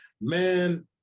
man